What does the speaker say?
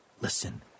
Listen